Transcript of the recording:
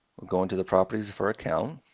we'll go into the properties for account.